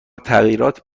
تغییرات